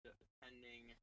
attending